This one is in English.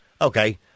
Okay